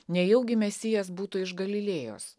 nejaugi mesijas būtų iš galilėjos